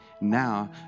Now